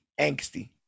angsty